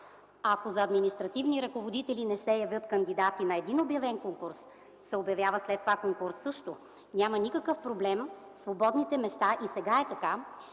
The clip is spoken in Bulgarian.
Ако за административни ръководители не се явят кандидати на един обявен конкурс, след това също се обявява конкурс. Няма никакъв проблем свободните места, и сега е така,